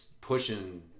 pushing